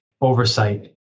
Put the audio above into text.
oversight